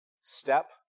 step